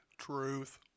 truth